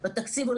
התש"ף-2020,